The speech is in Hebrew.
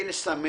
לסמן